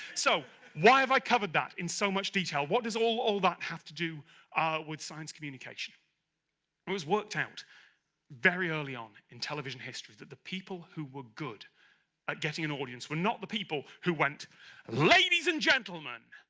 so why have i covered that in so much detail? what does all all that have to do with science communication? it was worked out very early on in television histories that the people who were good at getting an audience were not the people who went ladies and gentlemen,